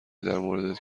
درموردت